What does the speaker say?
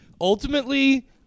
ultimately